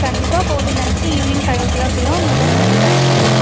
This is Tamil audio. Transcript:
கண்டிப்பாக ஃபோர்ட்டின் அன்னக்கு ஈவினிங் பைவ் ஓ கிளாக்குள்ளே உங்களுக்கு டெலிவரி பண்ணிவிடுறோம் மேம்